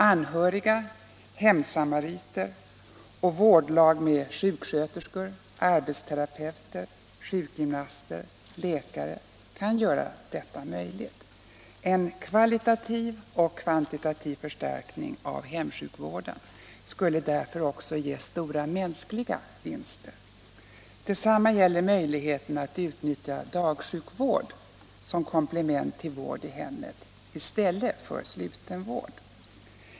Anhöriga, hemsamariter och vårdlag med sjuksköterskor, arbetsterapeuter, sjukgymnaster och läkare kan göra detta möjligt. En kvantitativ Allmänpolitisk debatt Allmänpolitisk debatt och kvalitativ förstärkning av hemsjukvården skulle därför ge stora mänskliga vinster. Detsamma gäller möjligheten att utnyttja dagsjukvård som komplement till vård i hemmet i stället för sluten vård.